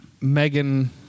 Megan